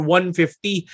150